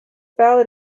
ballad